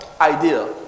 idea